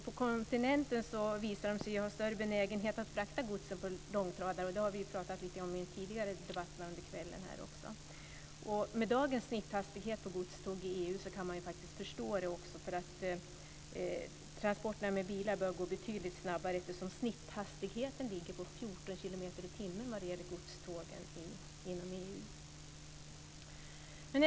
På kontinenten visar de sig ha större benägenhet att frakta gods på långtradare. Det har vi pratat om i tidigare debatter under kvällen. Med dagens snitthastighet på godståg i EU kan man förstå det. Transporterna med bil bör gå betydligt snabbare. Snitthastigheten för godstågen inom EU ligger på 14 kilometer i timmen.